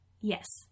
Yes